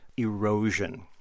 erosion